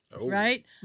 right